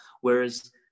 Whereas